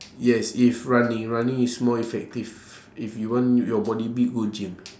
yes if running running is more effective if you want your body big go gym